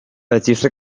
registre